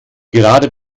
gerade